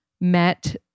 met